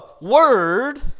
word